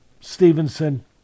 Stevenson